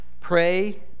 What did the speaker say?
pray